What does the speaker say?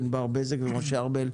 ענבר בזק ומשה ארבל,